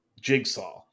Jigsaw